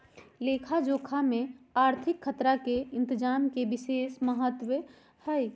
लेखा जोखा में आर्थिक खतरा के इतजाम के विशेष महत्व हइ